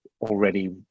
already